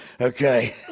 Okay